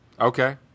Okay